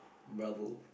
bravo